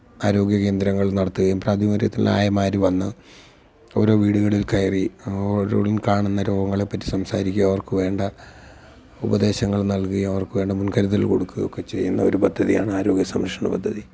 ആരോഗ്യകേന്ദ്രങ്ങള് നടത്തുകയും പ്രാഥമിക കാര്യത്തില് ആയമാർ വന്നു ഓരോ വീടുകളില് കയറി ഓരോ ആളും കാണുന്ന രോഗങ്ങളെപ്പറ്റി സംസാരിക്കുമ്പോൾ അവര്ക്ക് വേണ്ട ഉപദേശങ്ങള് നല്കുകയോ അവര്ക്ക് വേണ്ട മുന്കരുതൽ കൊടുക്കുകയോ ഒക്കെ ചെയ്യുന്ന ഒരു പദ്ധതിയാണ് ആരോഗ്യസംരക്ഷണ പദ്ധതി